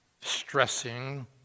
stressing